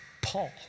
Paul